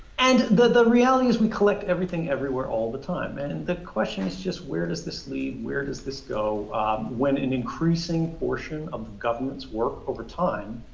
and the the reality is we collect everything everywhere all the time. and and the question is just where does this leave, where does this go when an increasing portion of government's work over time